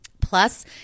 Plus